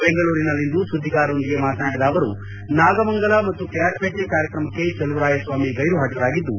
ಬೆಂಗಳೂರಿನಲ್ಲಿಂದು ಸುದ್ದಿಗಾರರೊಂದಿಗೆ ಮಾತನಾಡಿದ ಅವರು ನಾಗಮಂಗಲ ಮತ್ತು ಕೆಆರ್ಪೇಟೆ ಕಾರ್ಯಕ್ರಮಕ್ಕೆ ಚಲುವರಾಯಸ್ವಾಮಿ ಗೈರುಹಾಜರಾಗಿದ್ದು